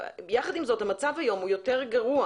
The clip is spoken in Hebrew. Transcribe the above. יחד עם זאת, המצב היום הוא יותר גרוע.